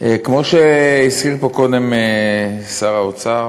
כמו שהזכיר פה קודם שר האוצר,